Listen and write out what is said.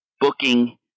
booking